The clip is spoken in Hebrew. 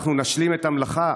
אנחנו נשלים את המלאכה.